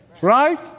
right